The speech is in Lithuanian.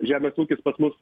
žemės ūkis pas mus